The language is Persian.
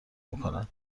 میکنن